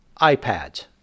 iPads